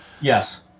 Yes